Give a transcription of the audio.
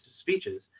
speeches